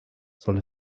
soll